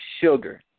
sugar